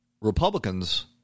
Republicans –